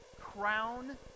crown